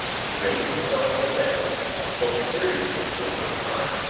he raised himself on the deck and spoke seriously for the first time.